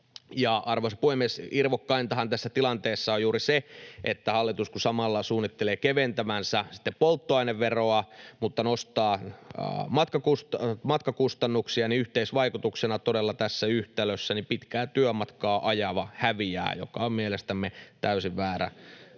Arvoisa puhemies! Irvokkaintahan tässä tilanteessa on juuri se, että kun hallitus samalla suunnittelee keventävänsä polttoaineveroa mutta nostaa matkakustannuksia, niin yhteisvaikutuksena todella tässä yhtälössä pitkää työmatkaa ajava häviää, [Anne Kalmari: Järkyttävää!]